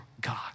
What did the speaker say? God